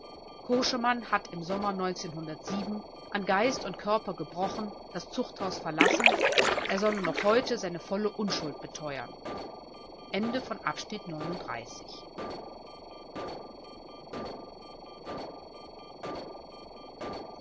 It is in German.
koschemann hat im sommer an geist und körper gebrochen das zuchthaus verlassen er soll noch heute seine volle unschuld beteuern